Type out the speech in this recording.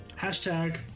hashtag